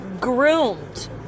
Groomed